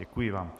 Děkuji vám.